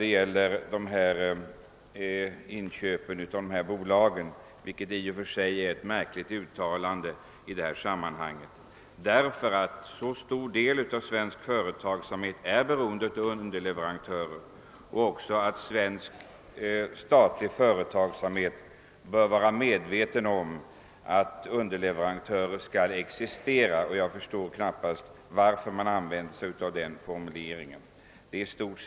Detta är ett märkligt uttalande, eftersom en stor del av svensk företagsamhet är beroende av underleverantörer. Också svensk statlig företagsamhet bör vara medve ten om att underleverantörer måste existera. Jag förstår knappast varför man har anfört detta som motiv. Detta, och ingenting annat, är bakgrunden till de blanka reservationerna.